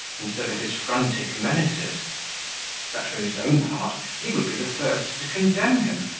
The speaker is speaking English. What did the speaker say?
instead of his frantic menaces that, for his own part, he would be the first to condemn him,